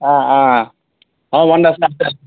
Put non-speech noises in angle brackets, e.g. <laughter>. অঁ অঁ অঁ <unintelligible>